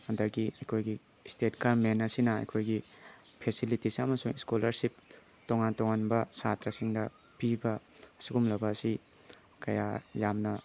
ꯑꯗꯒꯤ ꯑꯩꯈꯣꯏꯒꯤ state government ꯑꯁꯤꯅ ꯑꯩꯈꯣꯏꯒꯤ ꯐꯦꯁꯤꯂꯤꯇꯤꯁ ꯑꯃꯁꯨꯡ ꯁ꯭ꯀꯣꯂꯔꯁꯤꯞ ꯇꯣꯉꯥꯟ ꯇꯣꯉꯥꯟꯕ ꯁꯥꯇ꯭ꯔꯥꯁꯤꯡꯗ ꯄꯤꯕ ꯑꯁꯤꯒꯨꯝꯂꯕ ꯑꯁꯤ ꯀꯌꯥ ꯌꯥꯝꯅ